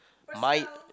my